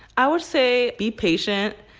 i would say be patient.